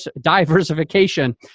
diversification